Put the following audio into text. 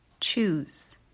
Choose